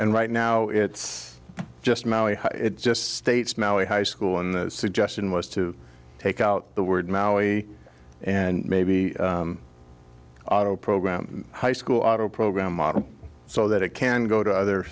and right now it's just it just states mally high school and the suggestion was to take out the word maui and maybe auto program high school auto program so that it can go to other